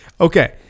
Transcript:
Okay